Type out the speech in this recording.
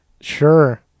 Sure